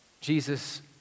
Jesus